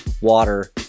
water